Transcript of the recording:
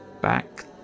back